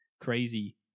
crazy